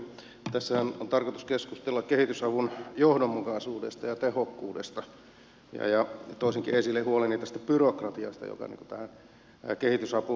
tässähän on tarkoitus keskustella kehitysavun johdonmukaisuudesta ja tehokkuudesta ja toisinkin esille huoleni tästä byrokratiasta joka tähän kehitysapuun liittyy